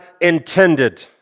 intended